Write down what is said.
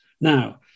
Now